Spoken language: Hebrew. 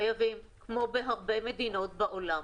חייבים, כמו בהרבה מדינות בעולם,